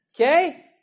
Okay